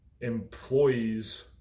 employees